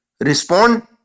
respond